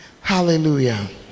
hallelujah